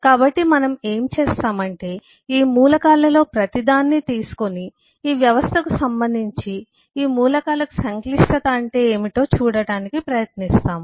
కాబట్టి మనం ఏమి చేస్తాం అంటే ఈ మూలకాలలో ప్రతిదాన్ని తీసుకొని ఈ వ్యవస్థకు సంబంధించి ఈ మూలకాలకు సంక్లిష్టత అంటే ఏమిటో చూడటానికి ప్రయత్నిస్తాము